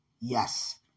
Yes